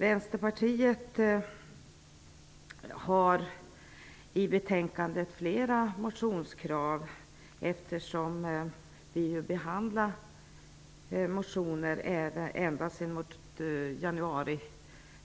Vänsterpartiet har i betänkandet flera motionskrav, eftersom utskottet behandlar motioner från ända sedan januari